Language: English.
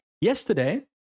yesterday